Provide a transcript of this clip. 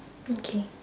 okay